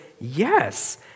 yes